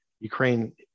Ukraine